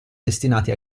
destinati